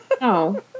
No